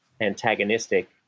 antagonistic